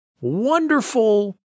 wonderful